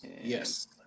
Yes